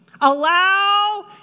Allow